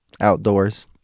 outdoors